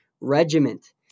regiment